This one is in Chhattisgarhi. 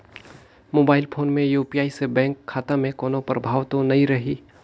मोबाइल फोन मे यू.पी.आई से बैंक खाता मे कोनो प्रभाव तो नइ रही?